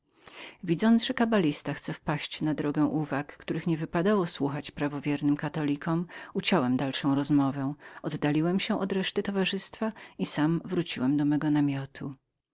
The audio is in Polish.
widząc że kabalista chciał wpaść na drogę uwag których nie wypadało słuchać prawowiernym katolikom uciąłem dalszą rozmowę oddaliłem się od reszty towarzystwa i sam wróciłem do mego namiotu